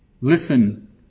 Listen